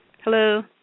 Hello